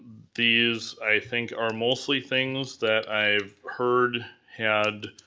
these, i think, are mostly things that i've heard had